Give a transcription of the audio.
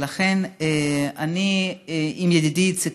לכן, אני עם ידידי איציק